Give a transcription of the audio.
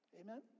Amen